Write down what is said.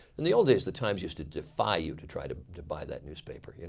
in the old days the times used to defy you to try to to buy that newspaper. you know